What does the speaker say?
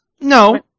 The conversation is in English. No